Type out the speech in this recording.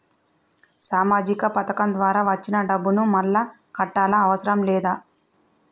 సామాజిక పథకం ద్వారా వచ్చిన డబ్బును మళ్ళా కట్టాలా అవసరం లేదా?